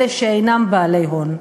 אלה שאינם בעלי הון.